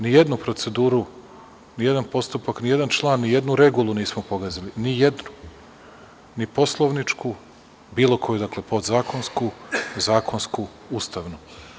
Nijednu proceduru, nijedan postupak, ni jedan član, ni jednu regulu nismo pogazili, ni jednu, ni poslovničku, bilo koju, dakle, podzakonsku, zakonsku, ustavnu.